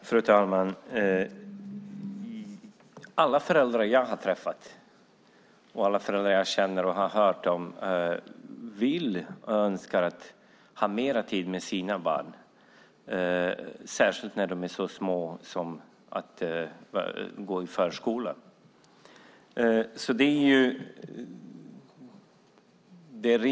Fru talman! Alla föräldrar som jag har träffat, känner och har hört om vill ha mer tid med sina barn, särskilt när de är så små att de går i förskolan.